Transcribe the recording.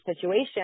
situation